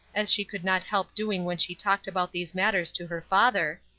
as she could not help doing when she talked about these matters to her father,